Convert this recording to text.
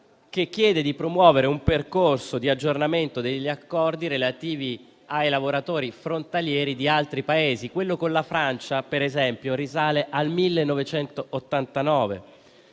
che chiede di promuovere un percorso di aggiornamento degli accordi relativi ai lavoratori frontalieri di altri Paesi: quello con la Francia, per esempio, risale al 1989;